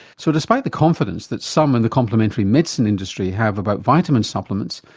so despite the confidence that some in the complementary medicine industry have about vitamin supplements,